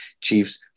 Chiefs